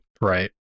Right